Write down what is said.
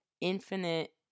infinite